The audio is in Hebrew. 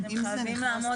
הם חייבים בהנחיות.